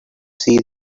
see